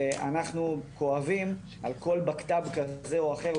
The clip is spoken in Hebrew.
ואנחנו כואבים על כל בקת"ב כזה או אחר,